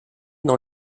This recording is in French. dans